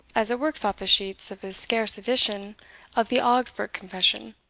as it works off the sheets of his scarce edition of the augsburg confession.